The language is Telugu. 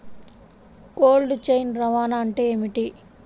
కోల్డ్ చైన్ రవాణా అంటే ఏమిటీ?